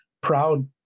proud